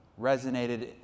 resonated